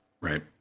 Right